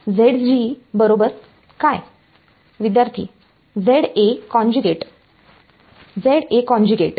विद्यार्थीः Za conjugate